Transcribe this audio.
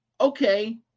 okay